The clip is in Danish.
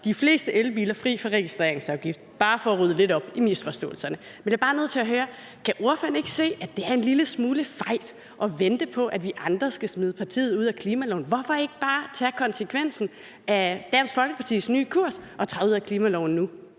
de fleste elbiler fri fra registreringsafgift. Det er bare for at rydde lidt op i misforståelserne. Men jeg er bare nødt til at høre: Kan ordføreren ikke se, at det er en lille smule fejt at vente på, at vi andre skal smide partiet ud af klimaloven? Hvorfor ikke bare tage konsekvensen af Dansk Folkepartis nye kurs og træde ud af klimaloven nu?